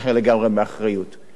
אז האמת איפשהו באמצע.